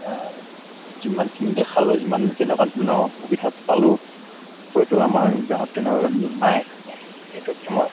যিমানখিনি দেখালো যিমান যেনেকুৱা ধৰণৰ সুবিধা পালো হয়তো আমাৰ গাঁৱত তেনেকুৱাকৈ নাই সেইটোকে মই